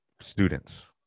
students